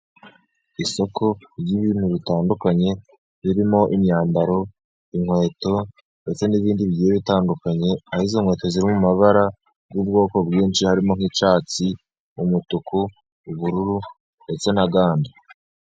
Isoko ry'ibintu bitandukanye birimo imyambaro, inkweto ndetse n'ibindi bigiye bitandukanye, aho izo nkweto zirimo amabara y'ubwoko bwinshi harimo:nk'icyatsi, umutuku, ubururu ndetse n'ayandi.